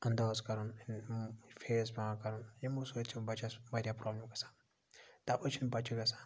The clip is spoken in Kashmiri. انٛداز کَرُن فیس پٮ۪وان کَرُن یِمو سۭتۍ چھِ بَچَس واریاہ پرٛابلِم گَژھان تَوَے چھِنہٕ بَچہٕ گَژھان